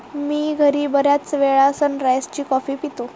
मी घरी बर्याचवेळा सनराइज ची कॉफी पितो